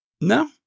No